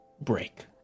Break